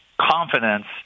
confidence